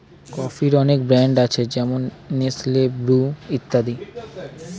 কফির অনেক ব্র্যান্ড আছে যেমন নেসলে, ব্রু ইত্যাদি